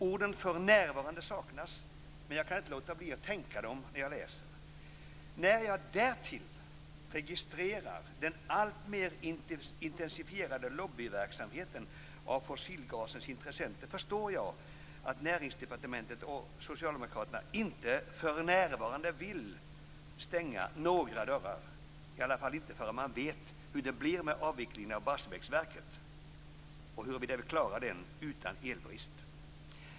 Orden "för närvarande" saknas, men jag kan inte låta bli att tänka dem när jag läser. När jag därtill registrerar den alltmer intensifierade lobbyverksamheten av fossilgasens intressenter förstår jag att Näringsdepartementet och socialdemokraterna inte för närvarande vill stänga några dörrar - i alla fall inte förrän man vet hur det blir med avvecklingen av Barsebäcksverket och huruvida vi klarar den utan elbrist.